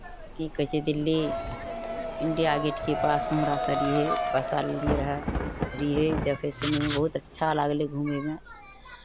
की कहै छै दिल्ली इण्डिया गेटके पास हमरा सभ रहियै बैसल रहियै रहए रहियै देखै सुनैमे बहुत अच्छा लागलै घुमैमे